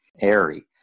airy